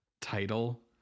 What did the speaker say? title